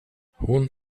hon